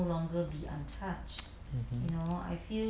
mmhmm